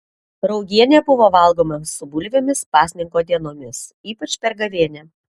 raugienė buvo valgoma su bulvėmis pasninko dienomis ypač per gavėnią